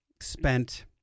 spent